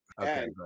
Okay